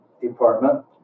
department